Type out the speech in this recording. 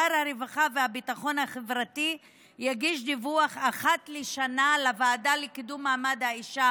שר הרווחה והביטחון החברתי יגיש דיווח אחת לשנה לוועדה לקידום מעמד האישה